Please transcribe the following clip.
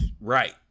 Right